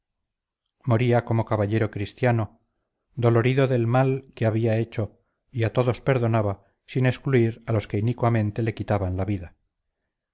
moría como caballero cristiano dolorido del mal que había hecho y a todos perdonaba sin excluir a los que inicuamente le quitaban la vida